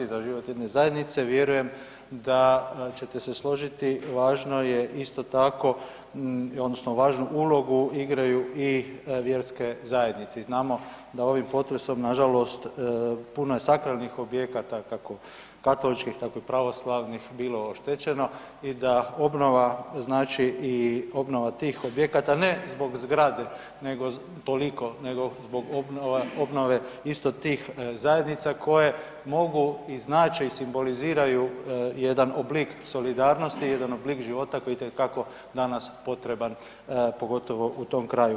Za život jedne zajednice vjerujem da ćete se složiti, važno je isto tako odnosno važnu ulogu igraju i vjerske zajednice i znamo da ovim potresom na žalost puno je sakralnih objekata kako katoličkih, tako i pravoslavnih bilo oštećeno i da obnova znači i obnova tih objekata ne zbog zgrade toliko, nego zbog obnove isto tih zajednica koje mogu i znače i simboliziraju jedan oblik solidarnosti, jedan oblik života koji je itekako danas potreban pogotovo u tom kraju.